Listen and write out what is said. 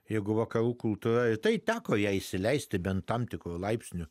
jeigu vakarų kultūroje tai teko ją įsileisti bent tam tikru laipsniu